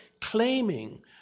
claiming